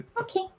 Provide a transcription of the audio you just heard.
okay